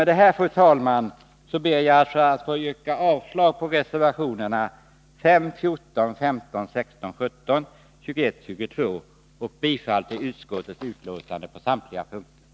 Med detta, fru talman, yrkar jag bifall till utskottets hemställan på samtliga punkter och avslag på reservationerna 5, 14-17, 21 och 22.